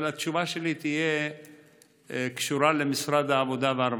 אבל התשובה שלי תהיה קשורה למשרד העבודה והרווחה,